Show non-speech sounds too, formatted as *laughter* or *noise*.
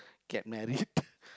get married *noise*